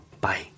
Bye